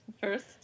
first